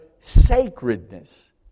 sacredness